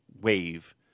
wave